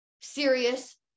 serious